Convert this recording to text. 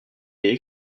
est